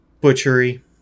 butchery